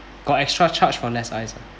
got extra charge for less ice ah